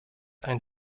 ein